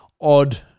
odd